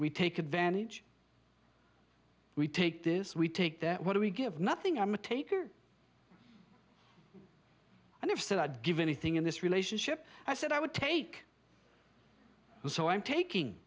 we take advantage we take this we take that what we give nothing i'm a taker and if so i'd give anything in this relationship i said i would take so i'm taking